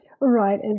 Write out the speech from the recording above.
Right